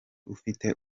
ufite